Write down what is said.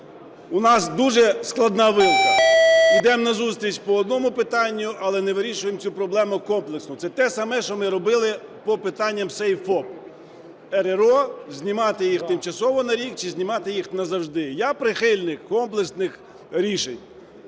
У нас дуже складна "вилка": йдемо на зустріч по одному питанню, але не вирішуємо цю проблему комплексно. Це те саме, що ми робили по питаннях "Save ФОП", РРО – знімати їх тимчасово на рік чи знімати їх назавжди. Я прихильник комплексних рішень.